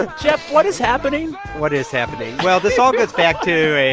ah geoff, what is happening? what is happening? well, this all goes back to